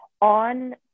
on